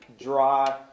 dry